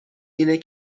اینه